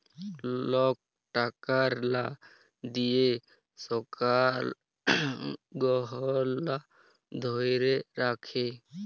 lock টাকার লা দিঁয়ে সলার গহলা ধ্যইরে রাখে